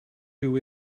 who